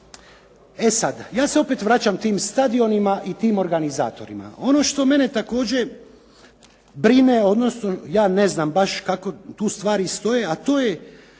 E sad, ja se opet vraćam tim stadionima i tim organizatorima. Ono što mene također brine, odnosno ja ne znam baš kako tu stvari stoje, a to je